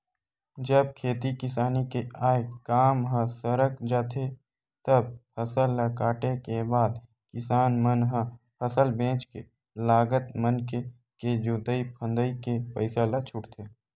जब खेती किसानी के आय काम ह सरक जाथे तब फसल ल काटे के बाद किसान मन ह फसल बेंच के लगत मनके के जोंतई फंदई के पइसा ल छूटथे